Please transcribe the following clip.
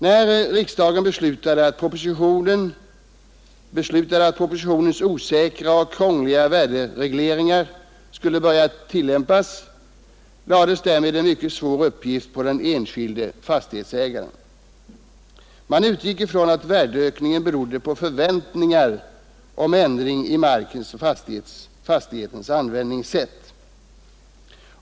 När riksdagen beslutade att propositionens osäkra och krångliga värderingsregler skulle börja tillämpas, lades därmed en mycket svår uppgift på den enskilde fastighetsägaren. Man utgick ifrån att värdeökningen berodde på förväntningar om ändring i markens och fastighetens användningssätt.